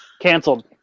cancelled